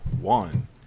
one